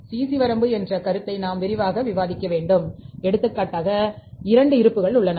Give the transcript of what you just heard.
CC வரம்பு என்ற கருத்தை நாம் விரிவாக விவாதித்தோம் எடுத்துக்காட்டாக 2 இருப்புக்கள் உள்ளன